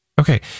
okay